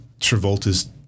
Travolta's